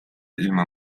ilma